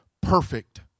perfect